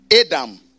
Adam